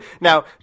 Now